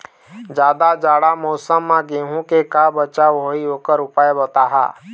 जादा जाड़ा मौसम म गेहूं के का बचाव होही ओकर उपाय बताहा?